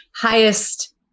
highest